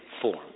form